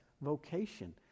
vocation